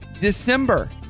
December